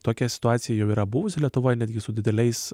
tokia situacija jau yra buvusi lietuvoj netgi su dideliais